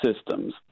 systems